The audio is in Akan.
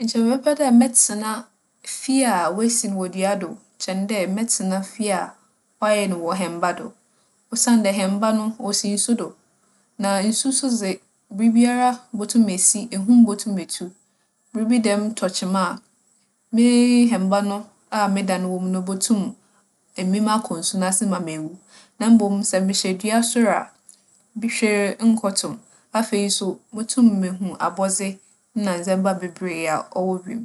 Nkyɛ mebɛpɛ dɛ mɛtsena fie woesi no wͻ dua do kyɛn dɛ mɛtsena fie a wͻayɛ no wͻ hɛmba do. Osiandɛ hɛmba no, osi nsu do. Na nsu so dze, biribiara botum esi. Ehum botum etu. Biribi dɛm tͻ kyema a, me hɛmba no a me dan wͻ mu no botum amem akͻ nsu n'ase ma mewu. Na mbom sɛ mehyɛ dua sor a, hwee nnkͻto me. Afei so, motum mehu abͻdze na ndzɛmba beberee a ͻwͻ wimu.